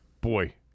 Boy